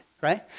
right